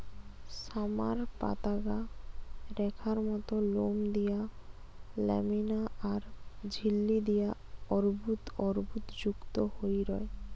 summer পাতাগা রেখার মত লোম দিয়া ল্যামিনা আর ঝিল্লি দিয়া অর্বুদ অর্বুদযুক্ত হই রয়